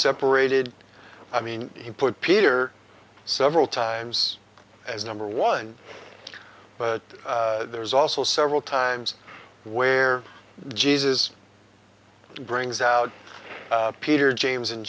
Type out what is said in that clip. separated i mean he put peter several times as number one but there's also several times where jesus it brings out peter james and